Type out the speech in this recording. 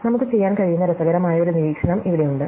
നമുക്ക് ചെയ്യാൻ കഴിയുന്ന രസകരമായ ഒരു നിരീക്ഷണം ഇവിടെയുണ്ട്